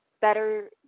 better